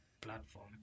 platform